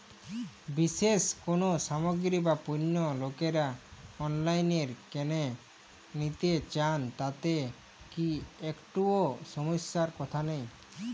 বিশেষ কোনো সামগ্রী বা পণ্য লোকেরা অনলাইনে কেন নিতে চান তাতে কি একটুও সমস্যার কথা নেই?